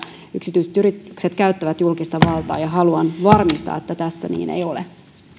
yksityiset yritykset käyttävät julkista valtaa ja ja haluan varmistaa että tässä ei niin ole